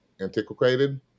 antiquated